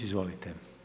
Izvolite.